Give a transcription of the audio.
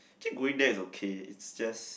actually going there is okay it's just